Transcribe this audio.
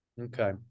okay